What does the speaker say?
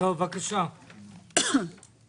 יש גופים שכן שילמו בעבר ונחזיר להם את הכספים אחורה.